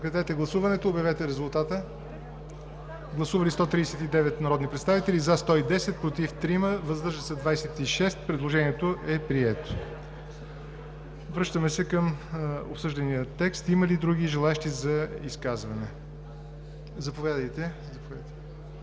на господин Добрев. Гласували 139 народни представите: за 110, против 3, въздържали се 26. Предложението е прието. Връщаме се към обсъждания текст. Има ли други желаещи за изказване. Заповядайте,